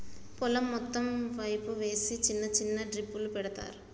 పొలం మొత్తం పైపు వేసి చిన్న చిన్న డ్రిప్పులు పెడతార్